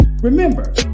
Remember